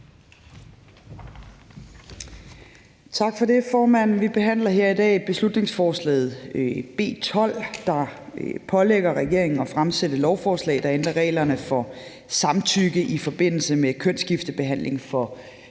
Tak for det, formand. Vi behandler her i dag beslutningsforslaget B 12, der pålægger regeringen at fremsætte et lovforslag, der ændrer reglerne for samtykke i forbindelse med kønsskiftebehandling for